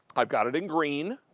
i've got it in green.